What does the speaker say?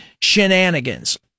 shenanigans